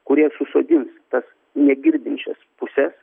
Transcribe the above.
kurie susodins tas negirdinčias puses